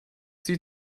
sie